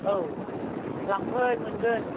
औ लांफै मोनगोन